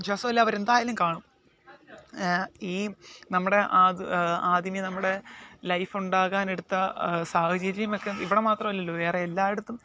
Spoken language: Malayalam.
വിശ്വാസമല്ല അവരെന്തായാലും കാണും ഈ നമ്മുടെ ആദ്യമേ നമ്മുടെ ലൈഫുണ്ടാകാൻ എടുത്ത സാഹചര്യം ഒക്കെ ഇവിടെ മാത്രം അല്ലല്ലോ വേറെ എല്ലായിടത്തും